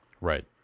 Right